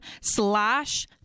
slash